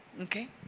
Okay